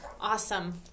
Awesome